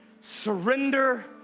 surrender